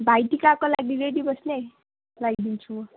भाइटिकाको लागि रेडी बस्नु है लाइदिन्छु म